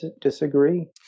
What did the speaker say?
disagree